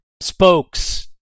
spokes